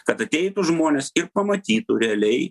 kad ateitų žmonės ir pamatytų realiai